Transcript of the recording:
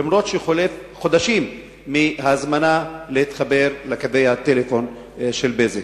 אף-על-פי שחולפים חודשים מההזמנה להתחבר לקווי הטלפון של "בזק".